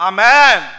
Amen